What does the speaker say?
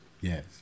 Yes